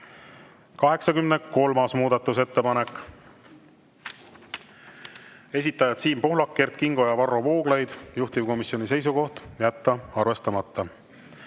83. muudatusettepanek, esitajad Siim Pohlak, Kert Kingo ja Varro Vooglaid. Juhtivkomisjoni seisukoht: jätta arvestamata.